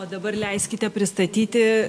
o dabar leiskite pristatyti